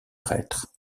prêtres